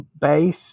base